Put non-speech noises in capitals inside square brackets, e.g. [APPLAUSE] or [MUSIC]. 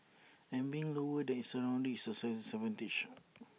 and being lower than its surroundings is A disadvantage [NOISE]